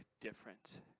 different